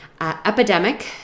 epidemic